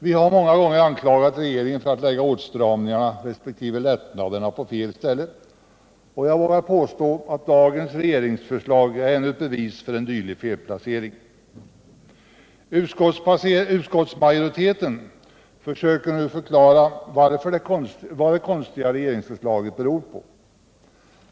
Vi har många gånger anklagat regeringen för att lägga åtstramningarna resp. lättnaderna på fel ställe, och jag vågar påstå att dagens regeringsförslag är ännu ett bevis på en dylik felplacering. Utskottsmajoriteten försöker nu förklara vad det konstiga regeringsförslaget beror på.